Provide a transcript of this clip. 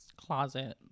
closet